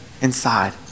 inside